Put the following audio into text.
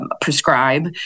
prescribe